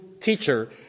teacher